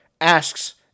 asks